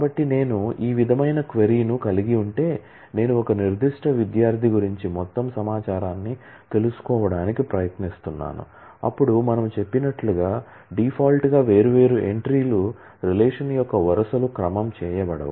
కాబట్టి నేను ఈ విధమైన క్వరీ ను కలిగి ఉంటే నేను ఒక నిర్దిష్ట విద్యార్థి గురించి మొత్తం సమాచారాన్ని తెలుసుకోవడానికి ప్రయత్నిస్తున్నాను అప్పుడు మనము చెప్పినట్లుగా డిఫాల్ట్గా వేర్వేరు ఎంట్రీలు రిలేషన్ యొక్క వరుసలు క్రమం చేయబడవు